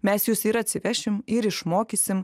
mes jus ir atsivešim ir išmokysim